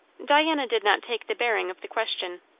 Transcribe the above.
diana did not take the bearing of the question.